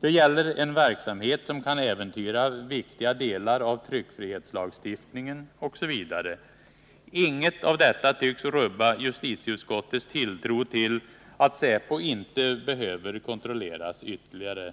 Det gäller en verksamhet som kan äventyra viktiga delar av tryckfrihetslagstiftningen osv. Inget av detta tycks rubba justitieutskottets tilltro till att säpo inte behöver kontrolleras ytterligare.